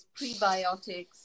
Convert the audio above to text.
prebiotics